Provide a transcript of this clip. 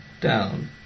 down